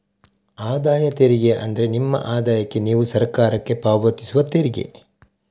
ಆದಾಯ ತೆರಿಗೆ ಅಂದ್ರೆ ನಿಮ್ಮ ಆದಾಯಕ್ಕೆ ನೀವು ಸರಕಾರಕ್ಕೆ ಪಾವತಿಸುವ ತೆರಿಗೆ